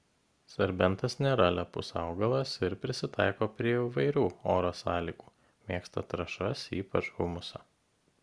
serbentas nėra lepus augalas ir prisitaiko prie įvairių oro sąlygų mėgsta trąšas ypač humusą